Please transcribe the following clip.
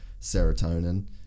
serotonin